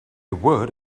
would